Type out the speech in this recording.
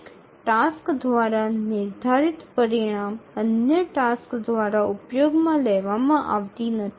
একটি কার্য দ্বারা নির্ধারিত ফলাফলটি অন্য কার্যগুলি দ্বারা ব্যবহৃত হয় না